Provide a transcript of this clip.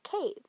cave